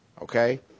Okay